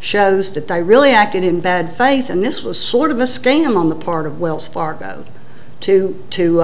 shows to die really acted in bad faith and this was sort of a scam on the part of wells fargo to to